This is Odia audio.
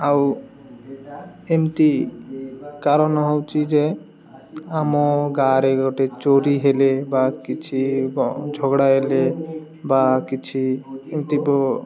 ଆଉ ଏମିତି କାରଣ ହେଉଛି ଯେ ଆମ ଗାଁରେ ଗୋଟେ ଚୋରି ହେଲେ ବା କିଛି ଝଗଡ଼ା ହେଲେ ବା କିଛି ଏମିତି